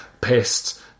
pissed